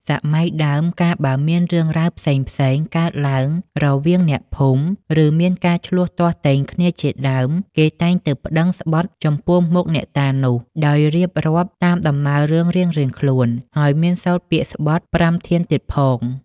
សម័យដើម កាលបើមានរឿងរ៉ាវផ្សេងៗ កើតឡើងរវាងអ្នកភូមិ ឬមានការឈ្លោះទាស់ទែងគ្នាជាដើម គេតែងទៅប្តឹងស្បថចំពោះមុខអ្នកតានោះ ដោយរៀបរាប់តាមដំណើររឿងរៀងៗខ្លួន ហើយមានសូត្រពាក្យស្បថ ប្រាំធានទៀតផង។